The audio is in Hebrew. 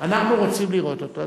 אנחנו רוצים לראות אותו,